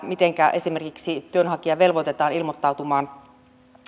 mitenkä esimerkiksi työnhakija velvoitetaan ilmoittautumaan